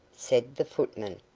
said the footman,